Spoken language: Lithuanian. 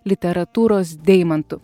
literatūros deimantu